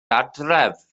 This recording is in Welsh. adref